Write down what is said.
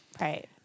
Right